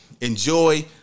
enjoy